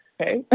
Okay